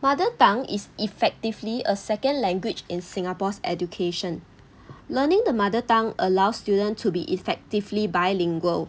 mother tongue is effectively a second language in singapore's education learning the mother tongue allows student to be effectively bilingual